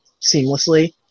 seamlessly